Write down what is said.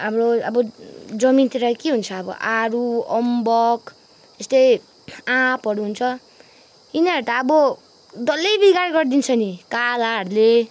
हाम्रो अब जमिनतिर के हुन्छ अब आरू अम्बक त्यस्तै आँपहरू हुन्छ यिनीहरू त अब डल्लै बिगार गर्दिन्छ नि कालाहरूले